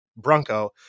bronco